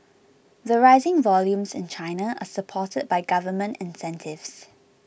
the rising volumes in China are supported by government incentives